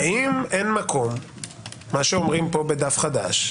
האם אין מקום מה שאומרים פה בדף חדש,